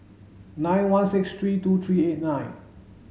nine one six three two three eight nine